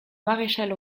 maréchal